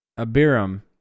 Abiram